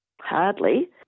Hardly